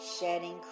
shedding